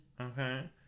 Okay